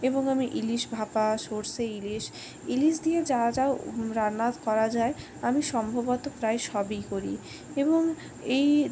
এবং আমি ইলিশ ভাপা সরষে ইলিশ ইলিশ দিয়ে যা যা রান্না করা যায় আমি সম্ভবত প্রায় সবই করি এবং এই